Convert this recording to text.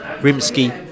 rimsky